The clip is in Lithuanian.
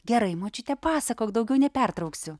gerai močiute pasakok daugiau nepertrauksiu